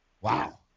Wow